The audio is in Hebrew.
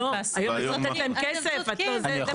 זה מה